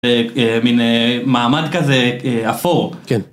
מן מעמד כזה אפור. כן.